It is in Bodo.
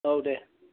औ दे